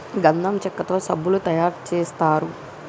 గంధం చెక్కతో సబ్బులు తయారు చేస్తారు